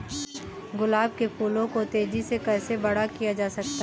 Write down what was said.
गुलाब के फूलों को तेजी से कैसे बड़ा किया जा सकता है?